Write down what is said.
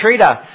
Treater